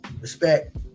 respect